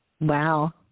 Wow